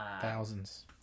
thousands